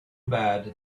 bad